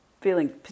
feeling